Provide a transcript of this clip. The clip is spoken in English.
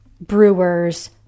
brewers